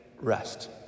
rest